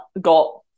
got